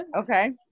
Okay